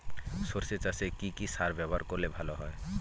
সর্ষে চাসে কি কি সার ব্যবহার করলে ভালো হয়?